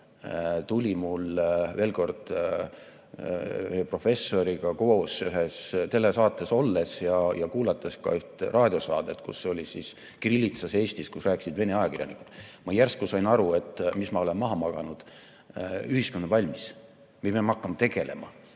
tuli mul veel kord professoriga koos ühes telesaates olles ja kuulates ka ühte raadiosaadet "Kirillitsas Eesti", kus rääkisid vene ajakirjanikud. Ma järsku sain aru, mis ma olen maha maganud. Ühiskond on valmis. Me peame hakkama tegelema,